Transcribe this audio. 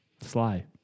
Sly